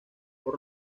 por